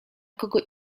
kogo